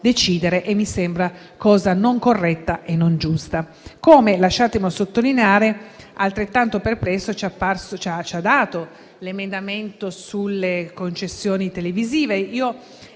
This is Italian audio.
e mi sembra cosa non corretta e non giusta.